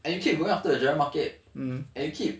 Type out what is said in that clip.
and you keep going after the general market and you keep